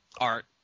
Art